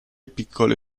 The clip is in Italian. piccole